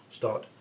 start